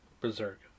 berserk